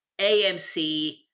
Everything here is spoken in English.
AMC